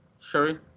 Sherry